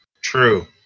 true